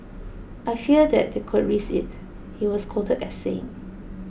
I fear that they could risk it he was quoted as saying